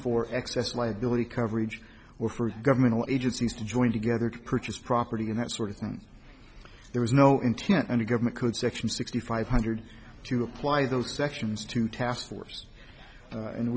for excess liability coverage or for governmental agencies to join together to purchase property and that sort of thing there was no intent under government could section sixty five hundred to apply those sections to task force